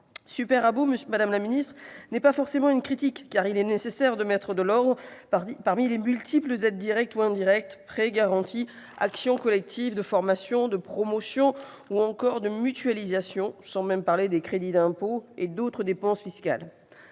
super-rabot » n'est pas forcément une critique, car il est nécessaire de mettre de l'ordre parmi les multiples aides directes ou indirectes, prêts, garanties, actions collectives de formation, de promotion ou encore de mutualisation- sans même parler des crédits d'impôt et autres dépenses fiscales.